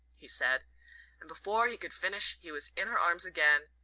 he said and before he could finish he was in her arms again,